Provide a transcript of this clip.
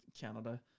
Canada